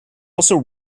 also